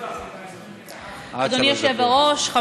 עד שלוש דקות.